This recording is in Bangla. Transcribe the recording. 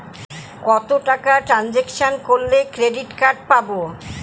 কত টাকা ট্রানজেকশন করলে ক্রেডিট কার্ড পাবো?